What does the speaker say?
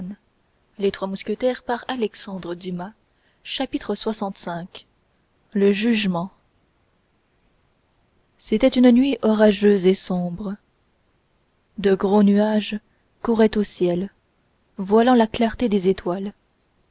chapitre lxv le jugement c'était une nuit orageuse et sombre de gros nuages couraient au ciel voilant la clarté des étoiles